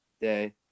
day